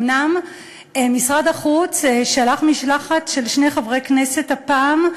אומנם משרד החוץ שלח משלחת של שני חברי כנסת הפעם,